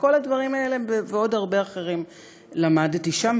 את כל הדברים האלה ועוד הרבה אחרים למדתי שם,